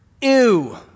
ew